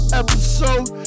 episode